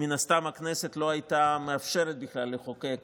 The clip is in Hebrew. שמן הסתם הכנסת לא הייתה מאפשרת בכלל לחוקק